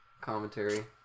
commentary